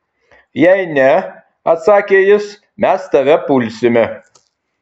jei ne atsakė jis mes tave pulsime